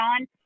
on